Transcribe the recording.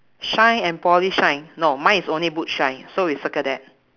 shine and polish shine no mine is only boot shine so we circle that